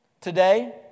Today